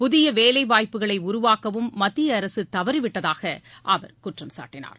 புதிய வேலைவாய்ப்புக்களை உருவாக்க மத்திய அரசு தவறிவிட்டதாகவும் அவர் குற்றம் சாட்டினார்